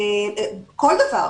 כל דבר.